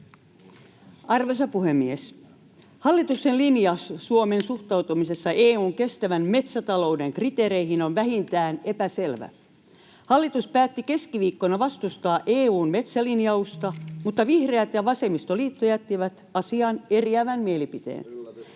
Arvoisa puhemies! Hallituksen linja Suomen suhtautumisessa EU:n kestävän metsätalouden kriteereihin on vähintäänkin epäselvä. Hallitus päätti keskiviikkona vastustaa EU:n metsälinjausta, mutta vihreät ja vasemmistoliitto jättivät asiaan eriävän mielipiteen.